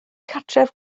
cartref